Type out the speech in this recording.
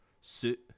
suit